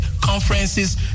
conferences